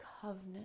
covenant